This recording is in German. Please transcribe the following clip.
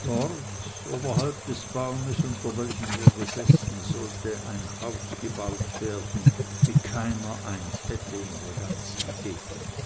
dort oberhalb des baumes unter welchem wir gesessen sollte ein haus gebaut werden wie keiner eins hätte in der ganzen gegend